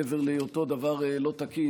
מעבר להיותו דבר לא תקין,